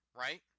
right